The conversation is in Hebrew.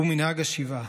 הוא מנהג השבעה.